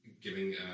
giving